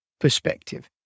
perspective